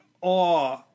awe